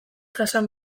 jasan